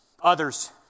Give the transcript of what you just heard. Others